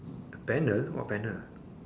panel what panel